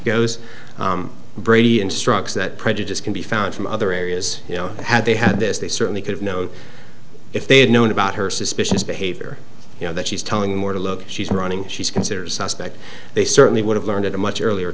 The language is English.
goes brady instructs that prejudice can be found from other areas had they had this they certainly could have known if they had known about her suspicious behavior you know that she's telling them where to look she's running she's considered a suspect they certainly would have learned a much earlier